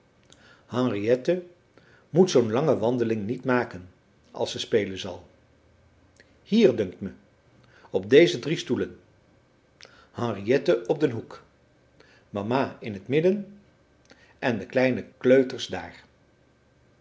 henriette moet zoo'n lange wandeling niet maken als ze spelen zal hier dunkt me op deze drie stoelen henriette op den hoek mama in t midden en de kleine kleuters dààr